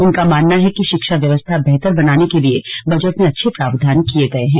उनका मानना है कि शिक्षा व्यवस्था बेहतर बनाने के लिए बजट में अच्छे प्रावधान किये गए हैं